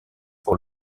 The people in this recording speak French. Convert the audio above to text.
pour